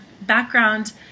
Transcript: background